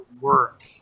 work